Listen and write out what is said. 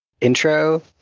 intro